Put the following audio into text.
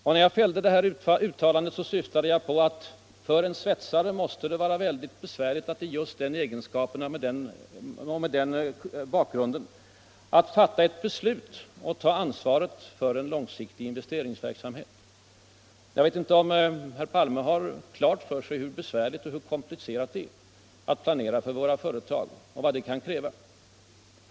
Och när jag gjorde mitt uttalande syftade jag på att det för en svetsare måste vara mycket besvärligt att just i den egenskapen och med den bakgrunden fatta beslut om och ta ansvar för den långsiktiga investeringsverksamheten. Jag vet inte om herr Palme har klart för sig hur besvärligt och komplicerat det är att planera för ett företag och vad det kan kräva av insikter och vetande.